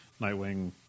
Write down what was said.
Nightwing